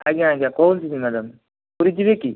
ଆଜ୍ଞା ଆଜ୍ଞା କେଉଁଠିକି ଯିବେ ମ୍ୟାଡ଼ମ୍ ପୁରୀ ଯିବେ କି